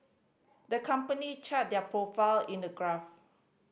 the company charted their profile in a graph